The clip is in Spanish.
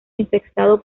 infectado